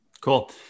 Cool